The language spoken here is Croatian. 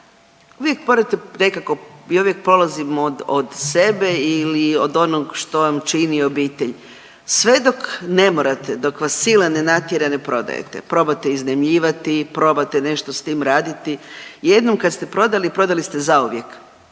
uvijek morate nekako, ja uvijek polazim od, od sebe ili od onog što vam čini obitelj. Sve dok ne morate dok vas sila ne natjera ne prodajete, probate iznajmljivati, probate nešto s tim raditi. Jednom kad ste prodali prodali ste zauvijek